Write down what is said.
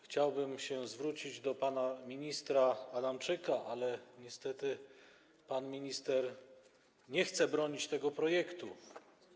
Chciałbym się zwrócić do pana ministra Adamczyka, ale niestety pan minister nie chce bronić tego projektu.